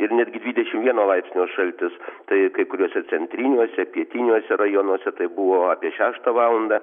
ir netgi dvidešim vieno laipsnio šaltis tai kai kuriuose centriniuose pietiniuose rajonuose tai buvo apie šeštą valandą